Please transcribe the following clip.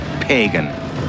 Pagan